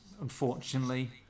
unfortunately